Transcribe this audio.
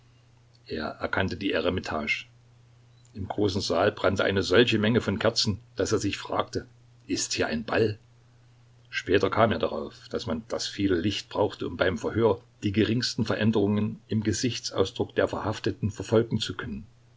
er erkannte die eremitage im großen saal brannte eine solche menge von kerzen daß er sich fragte ist hier ein ball später kam er darauf daß man das viele licht brauchte um beim verhör die geringsten veränderungen im gesichtsausdruck der verhafteten verfolgen zu können